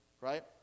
right